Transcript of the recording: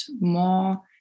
more